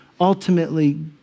ultimately